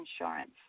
insurance